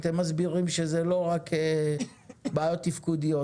אתם מסבירים שזה לא רק בעיות תפקודיות,